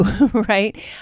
right